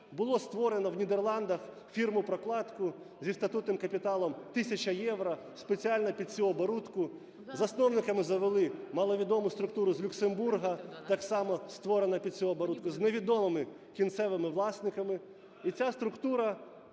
Було створено в Нідерландах фірму-прокладку зі статутним капіталом в тисячу євро спеціально під цю оборудку. Засновниками завели маловідому структуру з Люксембурга, так само створена під цю оборудку з невідомими кінцевими власниками. І ця структура